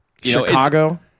Chicago